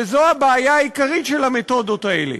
וזו הבעיה העיקרית של המתודות האלה: